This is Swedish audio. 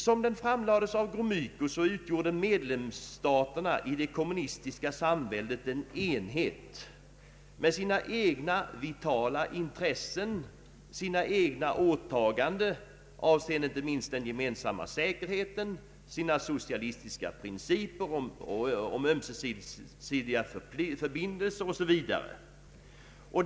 Som den framlades av Gromyko utgjorde medlemsstaterna i det kommunistiska samväldet en enhet med sina egna vitala intressen, sina egna åtaganden avseende inte minst den gemensamma säkerheten, sina socialistiska principer om ömsesidiga förbindelser o.s.v.